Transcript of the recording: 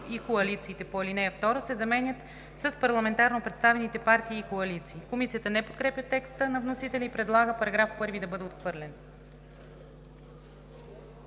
и коалициите по ал. 2“ се заменят с „парламентарно представените партии и коалиции“.“ Комисията не подкрепя текста на вносителя и предлага § 1 да бъде отхвърлен.